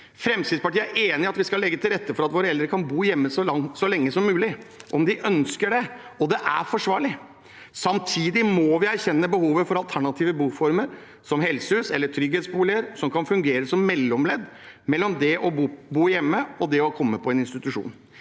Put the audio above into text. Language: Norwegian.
Fremskrittspartiet er enig i at vi skal legge til rette for at våre eldre kan bo hjemme så lenge som mulig, om de ønsker det og det er forsvarlig. Samtidig må vi erkjenne behovet for alternative boformer som helsehus eller trygghetsboliger, som kan fungere som mellomledd mellom det å bo hjemme og det å komme på institusjon.